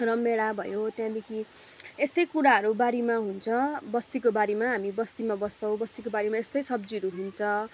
रामभेडा भयो त्यहाँदेखि यस्तै कुराहरू बारीमा हुन्छ बस्तीको बारीमा हामी बस्तीमा बस्छौँ बस्तीको बारीमा यस्तै सब्जीहरू हुन्छ